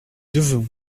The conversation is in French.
devons